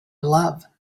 love